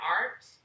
art